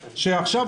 בדיעבד.